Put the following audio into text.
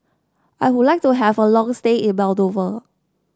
I would like to have a long stay in Moldova